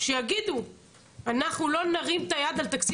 שיגידו אנחנו לא נרים את היד על תקציב